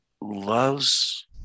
loves